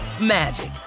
magic